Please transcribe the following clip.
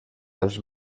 els